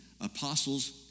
apostles